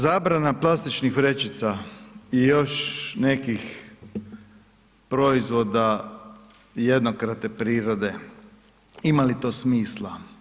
Zabrana plastičnih vrećica i još nekih proizvoda jednokratne prirode, ima li to smisla?